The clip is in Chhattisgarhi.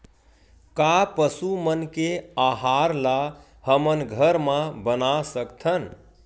का पशु मन के आहार ला हमन घर मा बना सकथन?